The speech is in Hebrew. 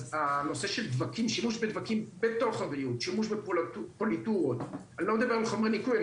הנושא של שימוש בדבקים בבריאות -- אני לא מדבר על חומרי ניקוי,